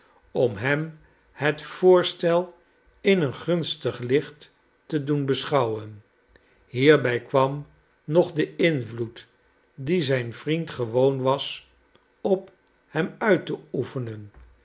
om hem het voorstel in een gunstig licht te doen beschouwen hierbij kwarn nog de invloed dien zijn vriend gewoon was op hem uit te oefenen